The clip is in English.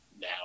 now